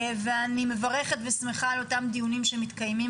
אני מברכת ושמחה על אותם דיונים שמתקיימים